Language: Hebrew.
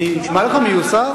אני נשמע לך מיוסר?